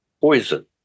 poison